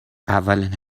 اولین